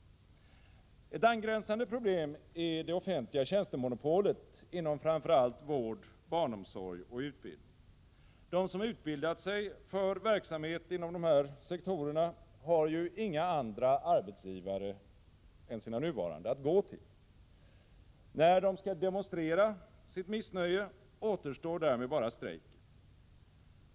Ett angränsande problem är det offentliga tjänstemonopolet inom framför allt vård, barnomsorg och utbildning. De som har utbildat sig för verksamhet inom dessa sektorer har ju inga andra arbetsgivare än sina nuvarande att gå till. När de skall demonstrera sitt missnöje återstår därmed bara strejk.